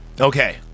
okay